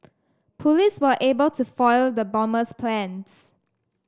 police were able to foil the bomber's plans